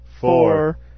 four